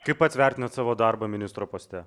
kaip pats vertinat savo darbą ministro poste